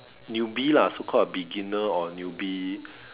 newbie lah so called beginner or newbie